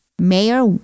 Mayor